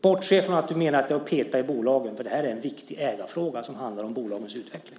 Bortse från att du menar att det är att peta i bolagen; det här är en viktig ägarfråga som handlar om bolagens utveckling.